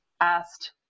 Asked